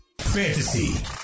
fantasy